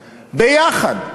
יחד,